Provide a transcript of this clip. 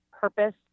purpose